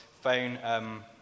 phone